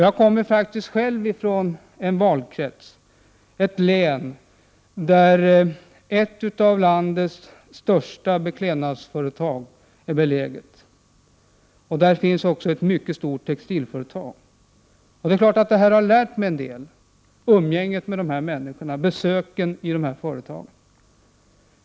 Jag kommer faktiskt själv ifrån en valkrets, ett län, där ett av landets största beklädnadsföretag är beläget. Där finns också ett mycket stort textilföretag. Umgänget med människorna i länet och besöken på företagen har lärt mig en del.